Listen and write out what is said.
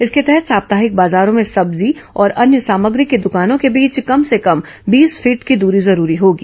इसके तहत साप्ताहिक बाजारों में सब्जी और अन्य सामग्री की दकानों के बीच कम से कम बीस फीट की दरी जरूरी होगी